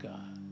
God